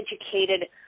educated